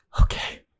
okay